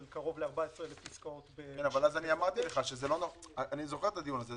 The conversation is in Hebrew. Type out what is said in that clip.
של קרוב ל-14,000 עסקאות --- אני זוכר את הדיון הזה.